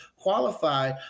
Qualify